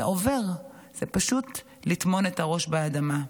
זה עובר, זה פשוט לטמון את הראש באדמה.